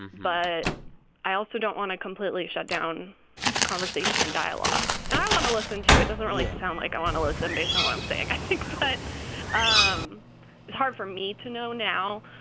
but i also don't want to completely shut down conversation and dialogue. and i want to listen, too. it doesn't really sound like i want to listen based on what i'm saying, i think. so but um it's hard for me to know now,